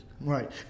Right